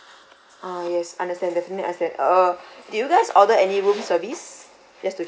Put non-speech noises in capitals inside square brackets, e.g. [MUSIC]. ah yes understand definitely understand uh [BREATH] did you guys order any room service just to check ah